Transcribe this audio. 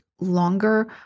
longer